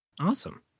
Awesome